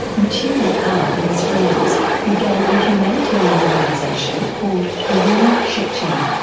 matthieu ricard and his friends began a humanitarian organisation called karuna-shechen.